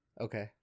Okay